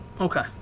Okay